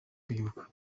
kwibuka